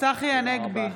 צחי הנגבי,